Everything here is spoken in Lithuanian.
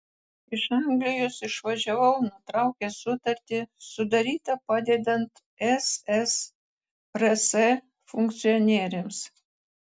iš anglijos išvažiavau nutraukęs sutartį sudarytą padedant ssrs funkcionieriams